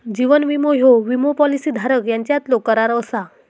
जीवन विमो ह्यो विमो पॉलिसी धारक यांच्यातलो करार असा